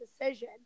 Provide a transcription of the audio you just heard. decision